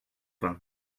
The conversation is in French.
vingt